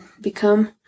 become